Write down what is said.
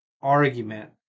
argument